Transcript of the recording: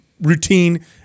routine